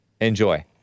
Enjoy